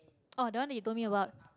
oh that one that you told me about